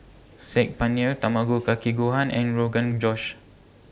Saag Paneer Tamago Kake Gohan and Rogan Josh